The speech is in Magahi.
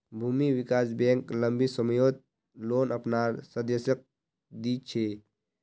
भूमि विकास बैंक लम्बी सम्ययोत लोन अपनार सदस्यक दी छेक